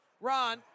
Ron